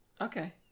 Okay